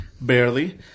barely